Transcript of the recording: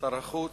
שר החוץ,